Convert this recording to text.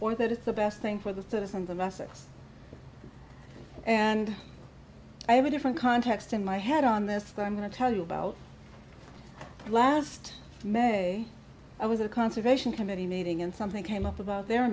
or that it's the best thing for the citizens of essex and i have a different context in my head on this but i'm going to tell you about last may i was a conservation committee meeting and something came up about their